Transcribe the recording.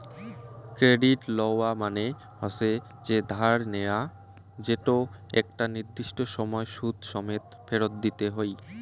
credit লওয়া মানে হসে যে ধার নেয়া যেতো একটা নির্দিষ্ট সময় সুদ সমেত ফেরত দিতে হই